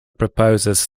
proposes